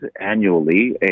annually